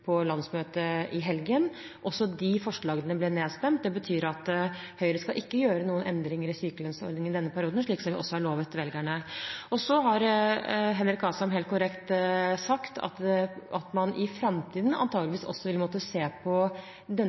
også de forslagene ble nedstemt. Det betyr at Høyre ikke skal gjøre noen endringer i sykelønnsordningen denne perioden, slik som vi også har lovet velgerne. Henrik Asheim har – helt korrekt – sagt at man i framtiden antakeligvis vil måtte se på